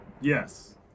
Yes